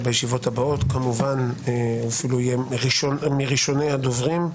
ובישיבות הבאות הוא אפילו יהיה מראשוני הדוברים,